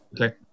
Okay